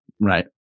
Right